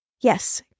Yes